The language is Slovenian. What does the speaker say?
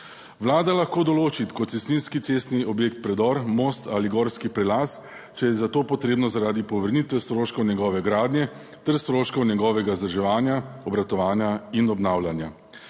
Vlada lahko določi kot cestninski cestni objekt predor, most ali gorski prelaz, če je za to potrebno zaradi povrnitve stroškov njegove gradnje, ter stroškov njegovega vzdrževanja, obratovanja in obnavljanja.